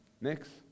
next